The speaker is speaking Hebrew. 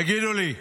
תגידו לי,